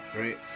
Right